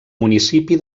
municipi